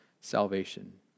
salvation